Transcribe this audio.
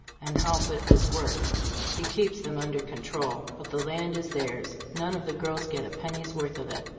and help with his work he keeps them under control but the land is theirs none of the girls get a penny's worth of it!